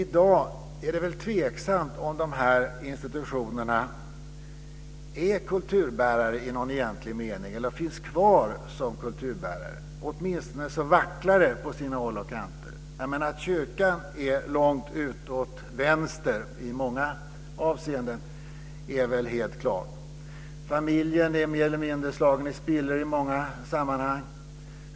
I dag är det tveksamt om de institutionerna finns kvar som kulturbärare i någon egentlig mening. Det vacklar på sina håll och kanter. Att kyrkan är långt ute åt vänster i många avseenden är helt klart. Familjen är mer eller mindre slagen i spillror.